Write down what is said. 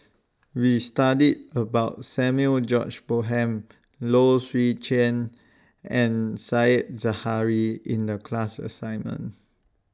We studied about Samuel George Bonham Low Swee Chen and Said Zahari in The class assignment